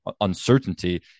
uncertainty